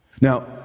Now